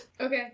Okay